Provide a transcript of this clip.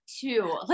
two